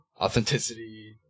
Authenticity